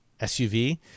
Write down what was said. SUV